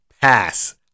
pass